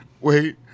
Wait